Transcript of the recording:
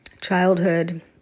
childhood